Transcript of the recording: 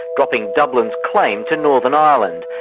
dropping dublin's claim to northern ireland.